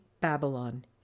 Babylon